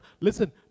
listen